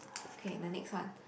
okay the next one